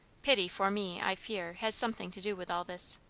pity for me, i fear, has something to do with all this.